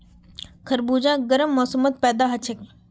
खरबूजा गर्म मौसमत पैदा हछेक